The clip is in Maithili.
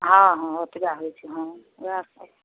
हँ हँ ओतेबा होइ छै हँ वएह सब